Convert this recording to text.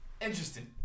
interesting